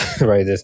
right